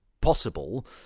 possible